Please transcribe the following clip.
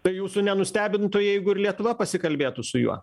tai jūsų nenustebintų jeigu ir lietuva pasikalbėtų su juo